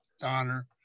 Donner